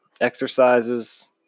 exercises